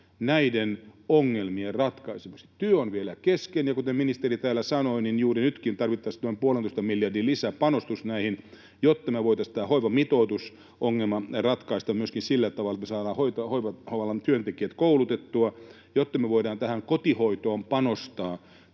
näiden ongelmien ratkaisemiseksi. Työ on vielä kesken, ja kuten ministeri täällä sanoi, niin juuri nytkin tarvittaisiin tämä puolentoista miljardin lisäpanostus näihin, jotta me voitaisiin tämä hoivamitoitusongelma ratkaista myöskin sillä tavalla, että me saadaan hoiva-alan työntekijät koulutettua, jotta me voidaan tähän kotihoitoon panostaa